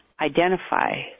identify